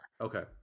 Okay